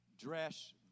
dress